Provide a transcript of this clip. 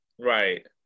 Right